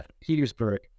Petersburg